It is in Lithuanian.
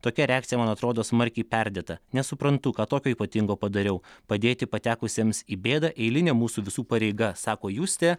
tokia reakcija man atrodo smarkiai perdėta nesuprantu ką tokio ypatingo padariau padėti patekusiems į bėdą eilinė mūsų visų pareiga sako justė